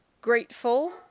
grateful